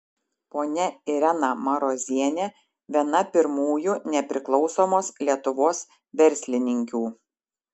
ponia irena marozienė viena pirmųjų nepriklausomos lietuvos verslininkių